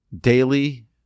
daily